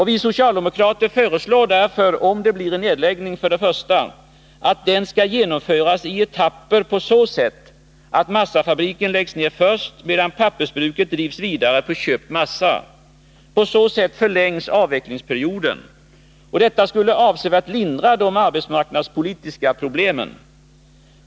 Vi socialdemokrater föreslår därför, om det blir en nedläggning, för det första att den skall genomföras i etapper på så sätt att massafabriken läggs ner först, medan pappersbruket drivs vidare på köpt massa. På så sätt förlängs avvecklingsperioden. Detta skulle avsevärt lindra de arbetsmarknadspolitiska problemen.